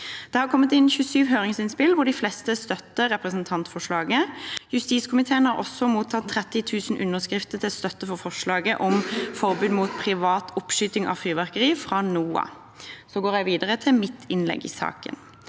Det har kommet inn 27 høringsinnspill, hvor de fleste støtter representantforslaget. Justiskomiteen har også mottatt 30 000 underskrifter fra NOAH til støtte for forslaget om forbud mot privat oppskyting av fyrverkeri. Jeg går videre til mitt innlegg i saken.